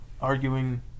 arguing